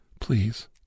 Please